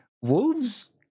Wolves